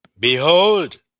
Behold